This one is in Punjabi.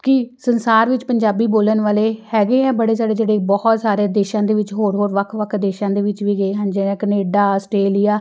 ਕੀ ਸੰਸਾਰ ਵਿੱਚ ਪੰਜਾਬੀ ਬੋਲਣ ਵਾਲੇ ਹੈਗੇ ਆ ਬੜੇ ਜਿਹੜੇ ਬਹੁਤ ਸਾਰੇ ਦੇਸ਼ਾਂ ਦੇ ਵਿੱਚ ਹੋਰ ਹੋਰ ਵੱਖ ਵੱਖ ਦੇਸ਼ਾਂ ਦੇ ਵਿੱਚ ਵੀ ਗਏ ਹਨ ਜਿਵੇਂ ਕਨੇਡਾ ਆਸਟ੍ਰੇਲੀਆ